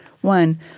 One